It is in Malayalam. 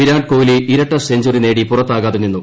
വിരാട് കോലി ഇരട്ട സെഞ്ചറി നേടി പുറത്താകാതെ നിന്നു